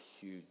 huge